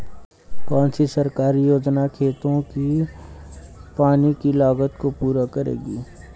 कौन सी सरकारी योजना खेतों के पानी की लागत को पूरा करेगी?